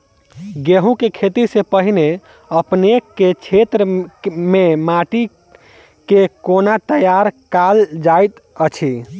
गेंहूँ केँ खेती सँ पहिने अपनेक केँ क्षेत्र मे माटि केँ कोना तैयार काल जाइत अछि?